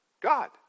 God